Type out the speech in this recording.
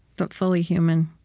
but fully human,